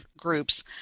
groups